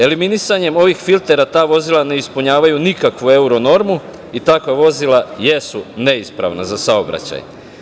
Eliminisanjem ovih filtera ta vozila ne ispunjavaju nikakvu euro normu i takva vozila jesu neispravna za saobraćaj.